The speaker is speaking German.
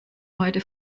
heute